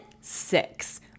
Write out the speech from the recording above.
six